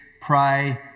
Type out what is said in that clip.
pray